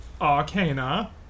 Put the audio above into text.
arcana